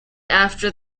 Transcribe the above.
after